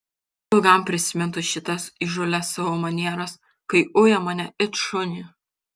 ilgam prisimintų šitas įžūlias savo manieras kai uja mane it šunį